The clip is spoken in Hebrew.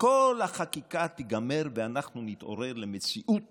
כל החקיקה תיגמר, ואנחנו נתעורר למציאות